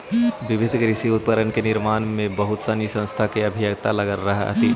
विविध कृषि उपकरण के निर्माण में बहुत सनी संस्था के अभियंता लगल हथिन